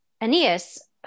Aeneas